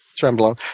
trenbolone.